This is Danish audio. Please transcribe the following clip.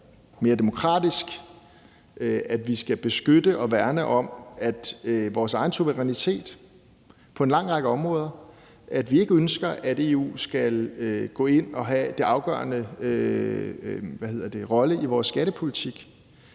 mere demokratisk, at vi skal beskytte og værne om vores egen suverænitet på en lang række områder, og at vi ikke ønsker, at EU skal gå ind og have den afgørende rolle i vores skattepolitik.